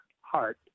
Heart